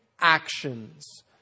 actions